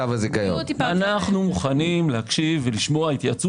אנחנו מוכנים להקשיב ולשמוע התייעצות.